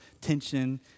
tension